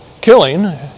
killing